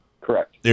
Correct